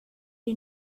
you